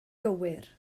gywir